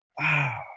wow